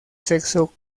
sexo